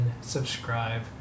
subscribe